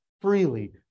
freely